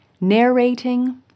narrating